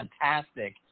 fantastic